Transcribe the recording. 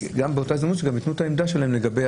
באותה הזדמנות שגם ייתנו את העמדה שלהם לגבי